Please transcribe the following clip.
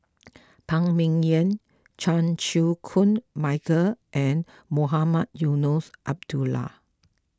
Phan Ming Yen Chan Chew Koon Michael and Mohamed Eunos Abdullah